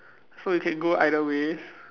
so it can go either ways